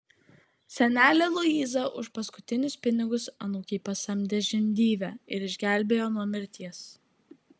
senelė luiza už paskutinius pinigus anūkei pasamdė žindyvę ir išgelbėjo nuo mirties